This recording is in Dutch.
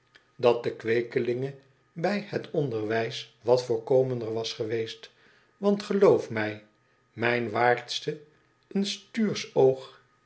dat de kweekelinge bij het onderwijs wat voorkomender was geweest want geloof mij mijn waardste een stuursch oog